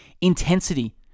Intensity